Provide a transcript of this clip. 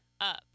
up